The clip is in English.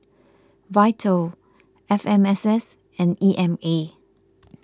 Vital F M S S and E M A